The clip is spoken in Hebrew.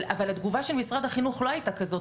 אבל התגובה של משרד החינוך לא הייתה כזאת.